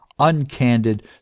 uncandid